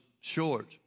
short